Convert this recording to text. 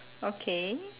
okay